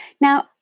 Now